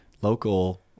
local